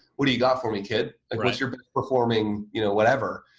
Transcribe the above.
what do you got for me, kid? like what's your performing you know whatever?